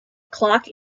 clock